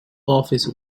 office